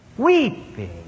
Weeping